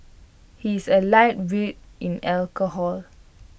he is A lightweight in alcohol